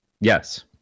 Yes